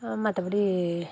மற்றபடி